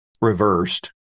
reversed